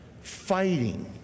fighting